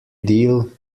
deal